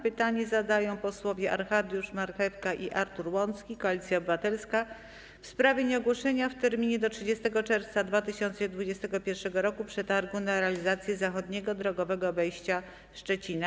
Pytanie zadają posłowie Arkadiusz Marchewka i Artur Łącki, Koalicja Obywatelska, w sprawie nieogłoszenia w terminie do 30 czerwca 2021 r. przetargu na realizację zachodniego drogowego obejścia Szczecina.